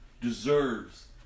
deserves